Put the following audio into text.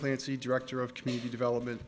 clancy director of community development